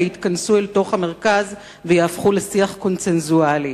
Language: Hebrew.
יתכנסו אל תוך המרכז ויהפכו לשיח קונסנזואלי.